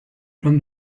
from